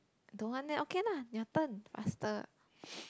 don't want then okay lah your turn faster